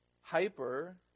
Hyper